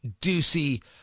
Ducey